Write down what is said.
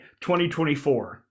2024